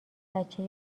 بچه